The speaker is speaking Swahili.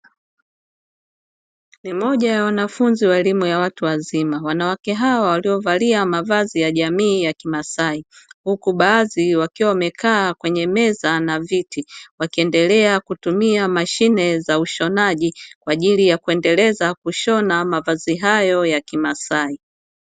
Ni moja ya wanafunzi wa elimu ya watu wazima, wanawake hawa walio valia mavazi ya jamii ya kimaasai, huku baadhi wakiwa wamejaa kwenye meza na viti wakiendelea kutumia mashine za ushonaji kwaajili ya kuendeleza kushona mavazi hayo ya kimaasai.